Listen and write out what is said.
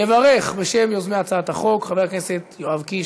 יברך, בשם יוזמי הצעת החוק, חבר הכנסת יואב קיש.